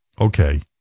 okay